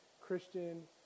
christian